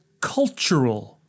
cultural